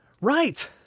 Right